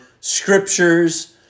scriptures